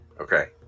Okay